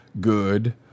good